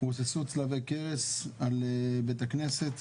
רוססו צלבי קרס על בית כנסת